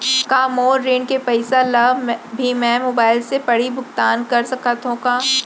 का मोर ऋण के पइसा ल भी मैं मोबाइल से पड़ही भुगतान कर सकत हो का?